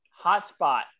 hotspot